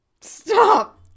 Stop